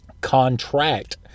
contract